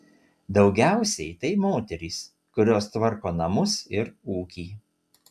daugiausiai tai moterys kurios tvarko namus ir ūkį